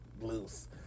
loose